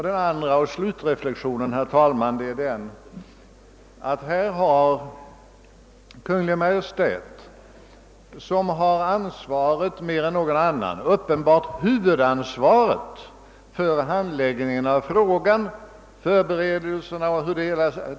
Det andra jag vill säga — och det är min slutreflexion, herr talman — är att Kungl. Maj:t bär huvudansvaret för den fortsatta handläggningen av frågan.